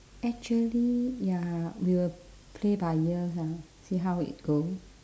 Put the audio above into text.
actually ya we will play by ears ah see how it goes